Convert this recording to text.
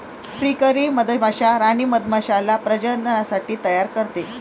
फ्रीकरी मधमाश्या राणी मधमाश्याला प्रजननासाठी तयार करते